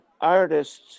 artists